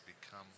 become